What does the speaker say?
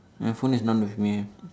my phone is not with me